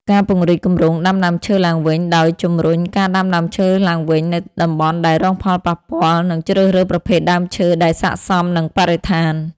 ការពង្រីកគម្រោងដាំដើមឈើឡើងវិញដោយ ជំរុញការដាំដើមឈើឡើងវិញនៅតំបន់ដែលរងផលប៉ះពាល់ និងជ្រើសរើសប្រភេទដើមឈើដែលស័ក្ដិសមនឹងបរិស្ថាន។